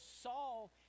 Saul